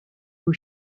who